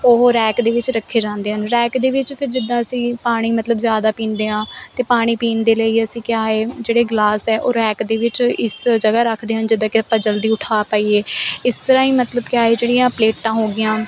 ਉਹ ਰੈਕ ਦੇ ਵਿੱਚ ਰੱਖੇ ਜਾਂਦੇ ਹਨ ਰੈਕ ਦੇ ਵਿੱਚ ਫਿਰ ਜਿੱਦਾਂ ਅਸੀਂ ਪਾਣੀ ਮਤਲਬ ਜ਼ਿਆਦਾ ਪੀਂਦੇ ਹਾਂ ਅਤੇ ਪਾਣ ਪੀਣ ਦੇ ਲਈ ਅਸੀਂ ਕਿਆ ਏ ਜਿਹੜੇ ਗਲਾਸ ਹੈ ਉਹ ਰੈਕ ਦੇ ਵਿੱਚ ਇਸ ਜਗ੍ਹਾ ਰੱਖਦੇ ਹਾਂ ਜਿੱਦਾਂ ਕਿ ਆਪਾਂ ਜਲਦੀ ਉਠਾ ਪਾਈਏ ਇਸ ਤਰ੍ਹਾਂ ਹੀ ਮਤਲਬ ਕਿਆ ਏ ਜਿਹੜੀਆਂ ਪਲੇਟਾਂ ਹੋ ਗਈਆਂ